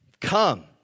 come